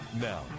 Now